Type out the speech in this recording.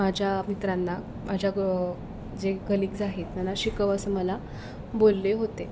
माझ्या मित्रांना माझ्या ग जे कलिग्स आहेत त्यांना शिकव असं मला बोलले होते